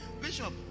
Bishop